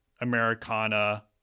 Americana